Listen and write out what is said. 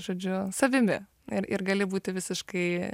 žodžiu savimi ir ir gali būti visiškai